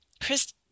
Chris